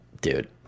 Dude